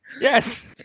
Yes